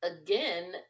again